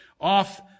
off